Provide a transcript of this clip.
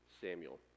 Samuel